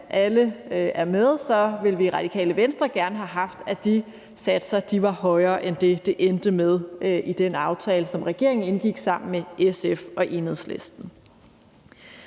vil jeg sige, at vi i Radikale Venstre gerne ville have haft, at de satser var højere end det, det endte med i den aftale, som regeringen indgik med SF og Enhedslisten.